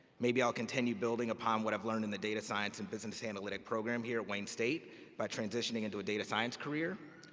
maybe i'll continue building upon what i learned in the data science and but analytics analytics program here at wayne state by transitioning into a data science career.